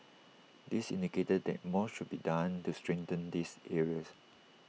this indicated that more should be done to strengthen these areas